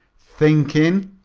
thinking?